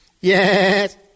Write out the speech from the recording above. Yes